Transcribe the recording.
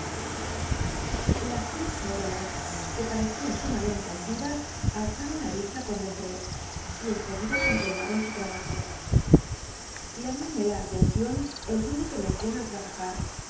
las tres jóvenes que parccian sumamente acliyas alz uon la isla cuando ent ré y en seguida conlinuar'on su tr ab rjo j lamóme la alcncion el ruido qu e melian al trabajar